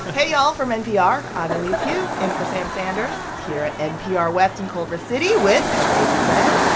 hey, y'all. from npr, i'm elise hu in for sam sanders here at npr west in culver city with, as eva said,